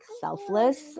selfless